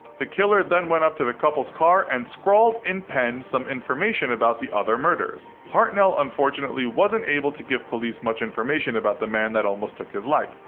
the killer then went up to the couple's car and scrawled in pen some information about the other murders. hartnell unfortunately wasn't able to give police much information about the man that almost took his life.